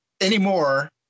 anymore